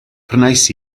prynais